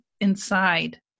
inside